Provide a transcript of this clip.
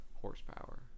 horsepower